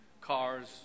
cars